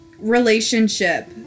Relationship